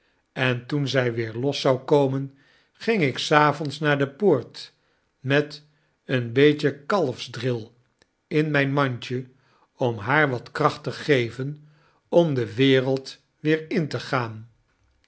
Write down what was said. en toen zij weer los zou komen ging ik s avonds naar de poort met een beetje kalfsdril in mijn mandje om haar wat kracht te geven om de wereld wee r in te gaan